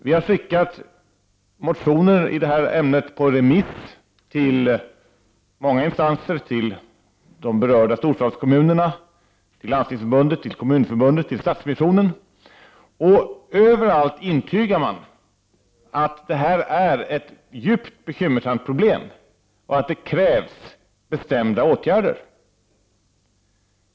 Vi har skickat motioner i de här ämnet på remiss till många instanser, till de berörda storstadskommunerna, Landstingsförbundet, Kommunförbundet och Stadsmissionen. Överallt intygar man att det här är ett djupt bekymmersamt problem och att det krävs bestämda åtgärder.